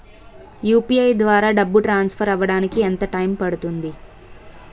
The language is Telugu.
యు.పి.ఐ ద్వారా డబ్బు ట్రాన్సఫర్ అవ్వడానికి ఎంత టైం పడుతుంది?